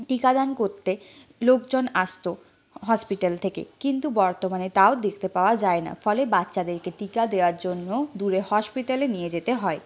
টিকাদান করতে লোকজন আসতো হসপিটাল থেকে কিন্তু বর্তমানে তাও দেখতে পাওয়া যায় না ফলে বাচ্চাদেরকে টিকা দেওয়ার জন্য দূরে হসপিটালে নিয়ে যেতে হয়